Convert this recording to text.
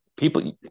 People